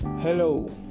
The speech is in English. Hello